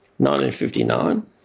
1959